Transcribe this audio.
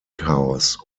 house